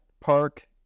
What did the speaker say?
Park